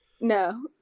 No